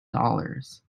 dollars